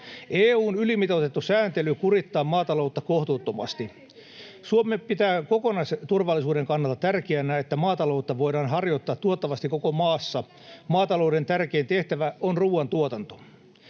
EU:n ylimitoitettu sääntely kurittaa maataloutta kohtuuttomasti. [Anne Kalmari: Yhtään esitystä ei ole!] Suomi pitää kokonaisturvallisuuden kannalta tärkeänä, että maataloutta voidaan harjoittaa tuottavasti koko maassa. Maatalouden tärkein tehtävä on ruoantuotanto.